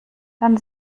dann